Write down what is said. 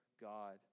God